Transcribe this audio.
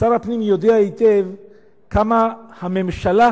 שר הפנים יודע היטב כמה הממשלה